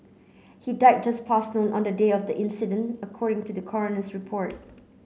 he died just past noon on the day of the incident according to the coroner's report